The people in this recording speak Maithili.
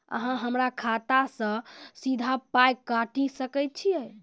अहॉ हमरा खाता सअ सीधा पाय काटि सकैत छी?